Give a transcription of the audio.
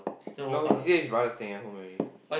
no he say his brother is staying at home already